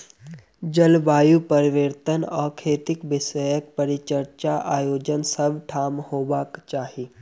जलवायु परिवर्तन आ खेती विषयक परिचर्चाक आयोजन सभ ठाम होयबाक चाही